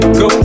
go